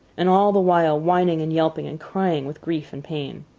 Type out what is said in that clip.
and all the while whining and yelping and crying with grief and pain.